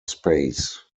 space